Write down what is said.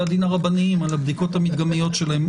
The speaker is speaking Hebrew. הדין הרבניים על הבדיקות המדגמיות שלהם.